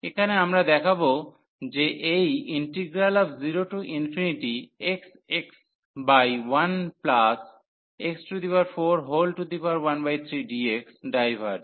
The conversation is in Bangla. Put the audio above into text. এখানে আমরা দেখাব যে এই 1xx 1x413dx ডাইভার্জ